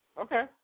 Okay